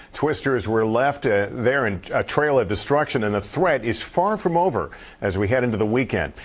twisters were left ah there and a trail of destruction and a threat is far from over as we head into the weekend.